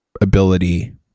ability